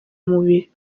mubiri